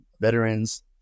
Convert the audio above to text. veterans